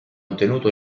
ottenuto